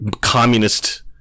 communist